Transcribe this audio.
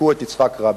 חיבקו את יצחק רבין.